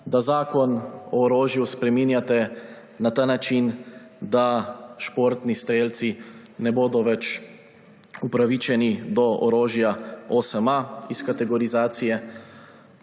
da zakon o orožju spreminjate na ta način, da športni strelci ne bodo več upravičeni do orožja 8A iz kategorizacije,